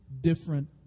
different